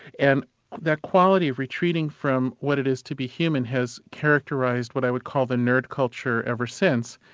and that quality of retreating from what it is to be human has characterised what i would call the nerd culture ever since.